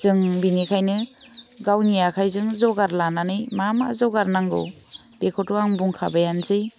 जों बिनिखायनो गावनि आखाइजों जगार लानानै मा मा जगार नांगौ बेखौथ' आं बुंखाबायआनोसै